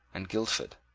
and guildford,